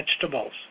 vegetables